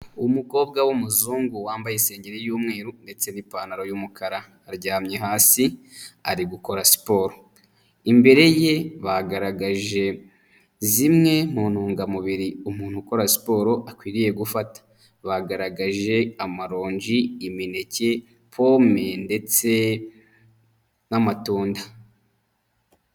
Umukobwa w'umuzungu wambaye isengeri y'umweru ndetse n'ipantaro y'umukara aryamye hasi ari gukora siporo, imbere ye bagaragaje zimwe mu ntungamubiri umuntu ukora siporo akwiriye gufata, bagaragaje amaronji, imineke, pome ndetse n'amatunda.